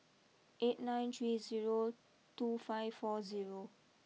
eight nine three zero two five four zero